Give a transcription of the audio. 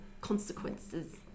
consequences